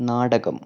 നാടകം